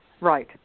Right